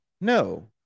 No